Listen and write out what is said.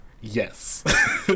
Yes